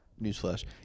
Newsflash